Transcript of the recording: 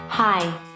Hi